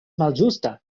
malĝusta